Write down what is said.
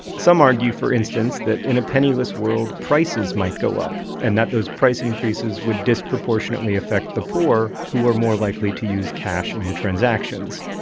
some argue, for instance, that in a penniless world prices might go up, and that these price increases would disproportionately affect the poor, who are more likely to use cash in transactions.